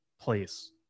place